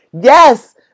yes